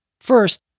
First